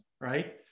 right